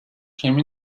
came